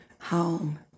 home